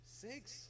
six